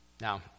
Now